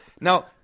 Now